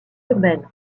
urbaines